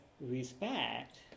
respect